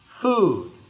food